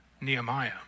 Nehemiah